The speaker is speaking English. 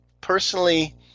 personally